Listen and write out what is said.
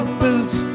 boots